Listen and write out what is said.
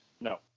No